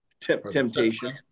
temptation